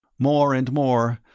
more and more,